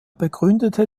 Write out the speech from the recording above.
begründete